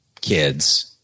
kids